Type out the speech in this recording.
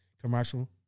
commercial